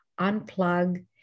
unplug